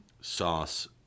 sauce